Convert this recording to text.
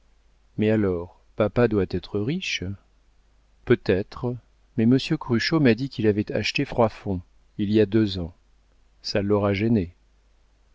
mais alors papa doit être riche peut-être mais monsieur cruchot m'a dit qu'il avait acheté froidfond il y a deux ans ça l'aura gêné